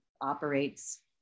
operates